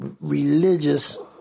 religious